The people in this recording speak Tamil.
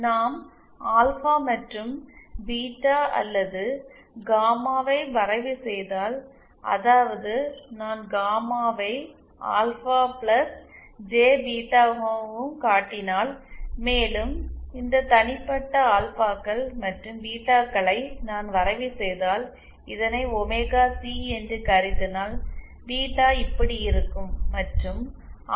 நாம் ஆல்பா மற்றும் பீட்டா அல்லது காமாவை வரைவு செய்தால் அதாவது நான் காமாவை ஆல்பா பிளஸ் ஜே பீட்டாவாக காட்டினால் மேலும் இந்த தனிப்பட்ட ஆல்பாக்கள் மற்றும் பீட்டாக்களை நான் வரைவு செய்தால் இதனை ஒமேகா சி என்று கருதினால் பீட்டா இப்படி இருக்கும் மற்றும் ஆல்பா இப்படி இருக்கும்